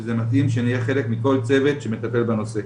שזה מתאים שנהייה חלק מכל צוות שמטפל בנושא.